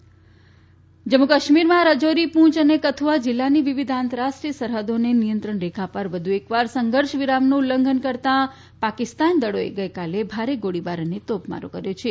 જમ્મુ કાશ્મીર જમ્મુ કાશ્મીરમાં રાજોરી પૂંય અને કથુઆ જિલ્લાની વિવિધ આંતરરાષ્ટ્રીય સરહદો અને નિયંત્રણ રેખા પર વધુ એકવાર સંઘર્ષ વિરામનું ઉલ્લંઘન કરતા પાકિસ્તાની દળોએ ગઈકાલે ભારે ગોળીબાર અને તોપમારો કર્યો છે